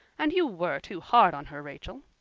and you were too hard on her, rachel.